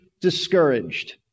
discouraged